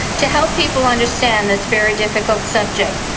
to help people understand this very difficult subject.